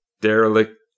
derelict